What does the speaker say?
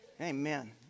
Amen